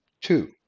two